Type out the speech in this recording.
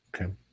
Okay